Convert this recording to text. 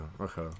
okay